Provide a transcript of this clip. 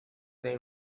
they